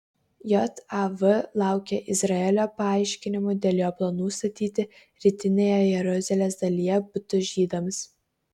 jav laukia izraelio paaiškinimų dėl jo planų statyti rytinėje jeruzalės dalyje butus žydams